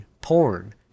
porn